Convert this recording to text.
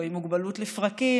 או עם מוגבלות לפרקים,